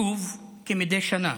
שוב, כמדי שנה,